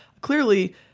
clearly